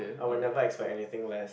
I will never expect anything less